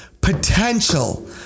potential